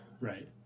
right